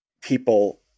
people